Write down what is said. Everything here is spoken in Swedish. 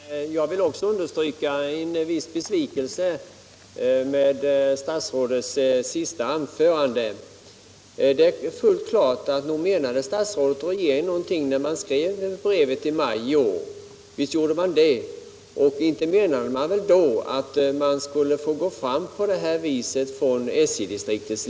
Herr talman! Också jag vill understryka att jag känner en viss besvikelse över statsrådets sista anförande. Det är fullt klart att statsrådet och regeringen menade något när man skrev brevet i maj i år. Inte menade man väl då att SJ-distriktets ledning skulle få gå fram på det vis som skett.